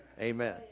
Amen